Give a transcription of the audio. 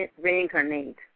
reincarnate